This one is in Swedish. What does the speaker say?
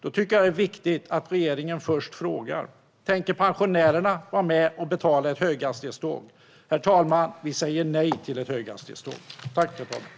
Då tycker jag att det är viktigt att regeringen först frågar om pensionärerna tänker vara med och betala för höghastighetståg. Vi säger nej till höghastighetståg, herr talman.